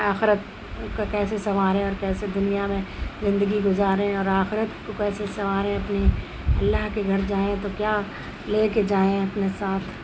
آخرت کیسے سنواریں اور کیسے دنیا میں زندگی گزاریں اور آخرت کو کیسے سنواریں اپنی اللّہ کے گھر جائیں تو کیا لے کے جائیں اپنے ساتھ